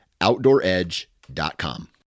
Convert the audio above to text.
OutdoorEdge.com